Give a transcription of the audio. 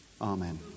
Amen